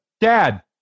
Dad